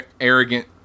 arrogant